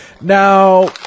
now